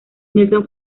nelson